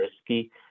risky